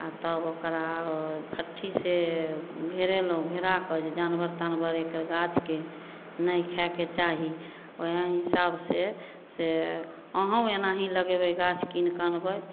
आब तब ओकरा फट्ठीके घेरेलहुॅं घेराकऽ जे जानवर तानवर एहिके गाछके नहि खाएके चाही ओहए हिसाब से से अहूँ एनाही लगेबै गाछ कीनिकऽ अनबै